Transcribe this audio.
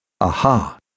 Aha